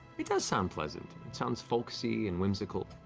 it does sound pleasant. it sounds folksy and whimsical.